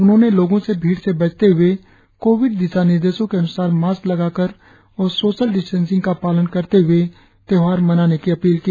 उन्होंने लोगो से भीड़ से बचते हए कोविड दिशानिर्देशों के अन्सार मास्क लगाकर और सोशल डिस्टेंसिंग का पालन करते हुए त्यौहार मनाने की अपील की